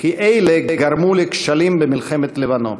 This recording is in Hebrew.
וכי אלה גרמו לכשלים במלחמת לבנון",